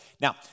Now